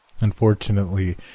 Unfortunately